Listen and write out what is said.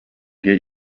get